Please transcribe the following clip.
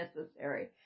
necessary